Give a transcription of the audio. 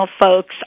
folks